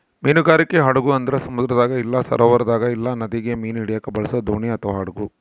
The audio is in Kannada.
ಮೀನುಗಾರಿಕೆ ಹಡಗು ಅಂದ್ರ ಸಮುದ್ರದಾಗ ಇಲ್ಲ ಸರೋವರದಾಗ ಇಲ್ಲ ನದಿಗ ಮೀನು ಹಿಡಿಯಕ ಬಳಸೊ ದೋಣಿ ಅಥವಾ ಹಡಗು